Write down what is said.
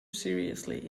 seriously